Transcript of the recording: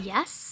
Yes